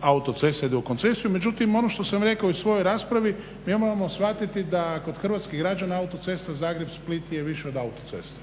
autoceste idu u koncesiju. Međutim, ono što sam rekao i u svojoj raspravi mi moramo shvatiti da kod hrvatskih građana autocesta Zagreb-Split je više od autoceste.